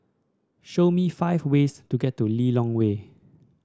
show me five ways to get to Lilongwe